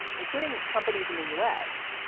including companies in the u s,